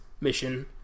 mission